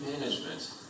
management